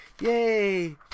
Yay